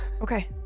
okay